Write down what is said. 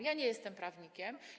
Ja nie jestem prawnikiem.